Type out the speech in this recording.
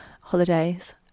holidays